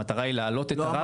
המטרה היא להעלות את הרף.